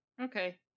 Okay